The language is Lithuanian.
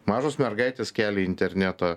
mažos mergaitės kelia į internetą